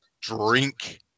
drink